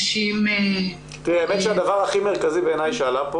נשים --- האמת שהדבר הכי מרכזי בעיניי שעלה פה